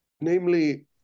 namely